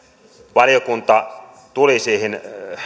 valiokunta tuli siihen